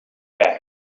back